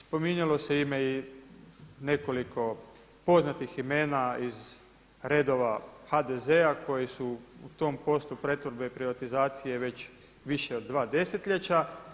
Spominjalo se i nekoliko poznatih imena iz redova HDZ-a koji su u tom poslu pretvorbe i privatizacije već više od 2 desetljeća.